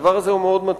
הדבר הזה מאוד מטריד.